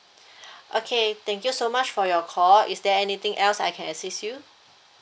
okay thank you so much for your call is there anything else I can assist you